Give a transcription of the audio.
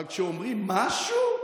אבל כשאומרים משהו,